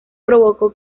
provocó